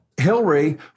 Hillary